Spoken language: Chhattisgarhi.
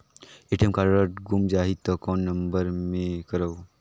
ए.टी.एम कारड गुम जाही त कौन नम्बर मे करव?